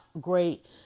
great